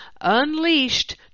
unleashed